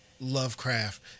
Lovecraft